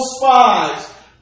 spies